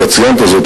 אתה ציינת זאת,